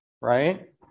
right